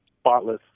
spotless